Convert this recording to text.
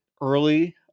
early